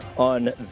On